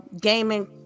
gaming